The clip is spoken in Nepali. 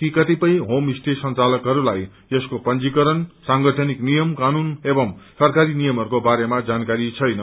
कि कतिपय होम स्टे संचालकहरूलाई यसको पंजीकरणर सांगठनिक नियम कानून एव सरकारी नियमहरूको बारेमा जानकारी छैन